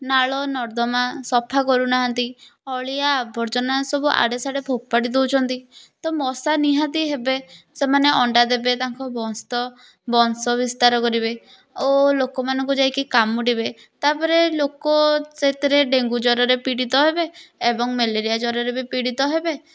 ନାଳ ନର୍ଦ୍ଦମା ସଫା କରୁନାହାନ୍ତି ଅଳିଆ ଆବର୍ଜନା ସବୁ ଆଡ଼େସାଡ଼େ ଫୋପାଡ଼ି ଦେଉଛନ୍ତି ତ ମଶା ନିହାତି ହେବେ ସେମାନେ ଅଣ୍ଡା ଦେବେ ତାଙ୍କ ବଂସ୍ତ ବଂଶବିସ୍ତାର କରିବେ ଓ ଲୋକମାନଙ୍କୁ ଯାଇକି କାମୁଡ଼ିବେ ତାପରେ ଲୋକ ସେଥିରେ ଡେଙ୍ଗୁ ଜ୍ଵରରେ ପୀଡ଼ିତ ହେବେ ଏବଂ ମ୍ୟାଲେରିଆ ଜ୍ଵରରେ ବି ପୀଡ଼ିତ ହେବେ